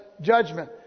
judgment